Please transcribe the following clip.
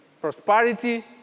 prosperity